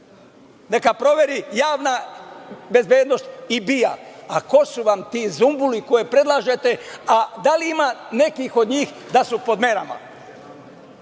Neka provere Javna bezbednost i BIA ko su vam ti zumbuli koje predlažete i da li ima nekih od njih da su pod merama.